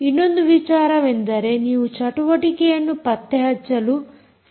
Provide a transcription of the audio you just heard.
ಇನ್ನೊಂದು ವಿಚಾರವೆಂದರೆ ನೀವು ಚಟುವಟಿಕೆಯನ್ನು ಪತ್ತೆಹಚ್ಚಲು ಸಮರ್ಥರಿರಬೇಕು